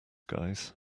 guys